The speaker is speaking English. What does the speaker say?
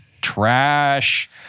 trash